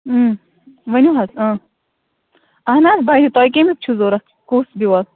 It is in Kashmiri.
اۭں ؤنِو حظ اۭں اَہَن حظ بَنہِ تۄہہِ کَمیُک چھُو ضوٚرتھ کُس بیول